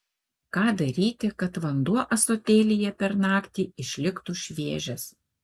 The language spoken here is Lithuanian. ką daryti kad vanduo ąsotėlyje per naktį išliktų šviežias